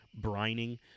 brining